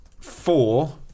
four